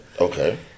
Okay